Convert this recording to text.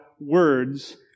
words